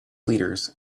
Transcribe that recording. leaders